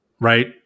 right